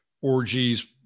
orgies